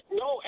no